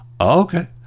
okay